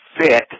fit